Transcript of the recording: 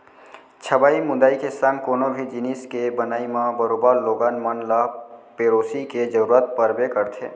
छबई मुंदई के संग कोनो भी जिनिस के बनई म बरोबर लोगन मन ल पेरोसी के जरूरत परबे करथे